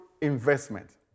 investment